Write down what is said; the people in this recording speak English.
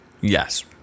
Yes